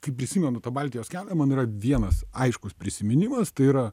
kai prisimenu tą baltijos kelią man yra vienas aiškus prisiminimas tai yra